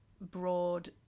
broad